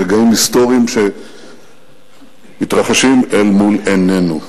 ברגעים היסטוריים שמתרחשים אל מול עינינו,